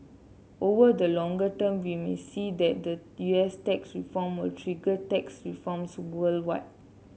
over the longer term we may see that the U S tax reform will trigger tax reforms worldwide